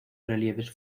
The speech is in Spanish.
relieves